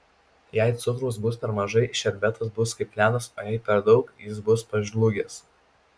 jei cukraus bus per mažai šerbetas bus kaip ledas o jei per daug jis bus pažliugęs